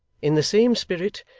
in the same spirit,